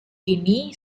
ini